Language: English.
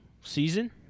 season